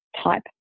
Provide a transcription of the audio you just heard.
type